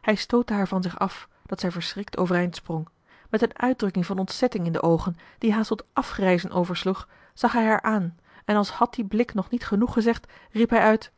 hij stootte haar van zich af dat zij verschrikt overeind sprong met een uitdrukking van ontzetting in de oogen die haast tot afgrijzen oversloeg zag hij haar aan en als had die blik nog niet genoeg gezegd riep hij uit